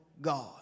God